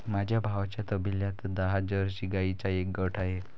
माझ्या भावाच्या तबेल्यात दहा जर्सी गाईंचा एक गट आहे